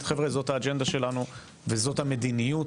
- חבר'ה זאת האג'נדה שלנו וזאת המדיניות,